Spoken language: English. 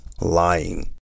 lying